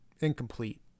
incomplete